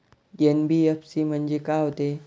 NBFC म्हणजे का होते?